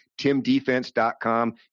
TimDefense.com